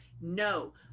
no